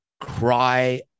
cry